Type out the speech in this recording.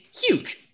huge